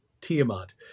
Tiamat